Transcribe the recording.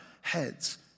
heads